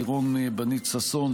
לירון בנית ששון,